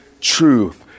truth